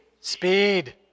Speed